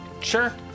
Sure